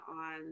on